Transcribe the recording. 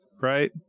right